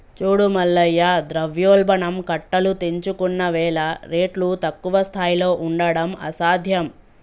చూడు మల్లయ్య ద్రవ్యోల్బణం కట్టలు తెంచుకున్నవేల రేట్లు తక్కువ స్థాయిలో ఉండడం అసాధ్యం